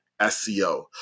SEO